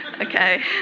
Okay